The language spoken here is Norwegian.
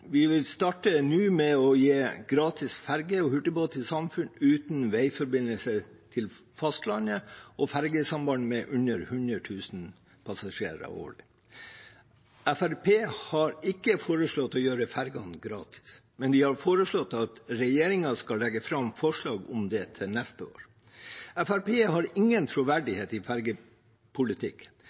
Vi vil starte nå med å gi gratis ferge og hurtigbåt til samfunn uten veiforbindelse til fastlandet og fergesamband med under 100 000 passasjerer årlig. Fremskrittspartiet har ikke foreslått å gjøre fergene gratis, men de har foreslått at regjeringen skal legge fram forslag om det til neste år. Fremskrittspartiet har ingen troverdighet i